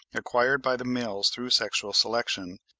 acquired by the males through sexual selection,